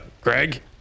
Greg